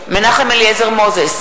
נגד מנחם אליעזר מוזס,